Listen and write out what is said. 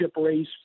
race